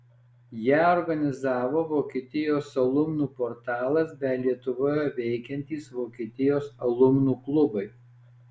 ją organizavo vokietijos alumnų portalas bei lietuvoje veikiantys vokietijos alumnų klubai